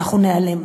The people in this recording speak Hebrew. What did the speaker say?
אנחנו ניעלם.